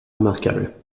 remarquables